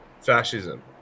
fascism